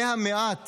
זה המעט